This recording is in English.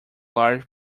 large